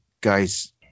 guys